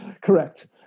Correct